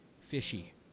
fishy